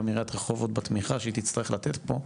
עריית רחובות בתמיכה שהיא תצטרך לתת פה,